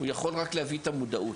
הוא רק יכול להביא את המודעות.